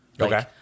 Okay